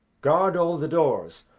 guard all the doors,